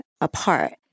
apart